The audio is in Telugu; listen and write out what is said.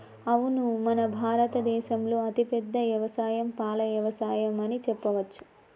అవును మన భారత దేసంలో అతిపెద్ద యవసాయం పాల యవసాయం అని చెప్పవచ్చు